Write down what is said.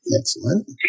Excellent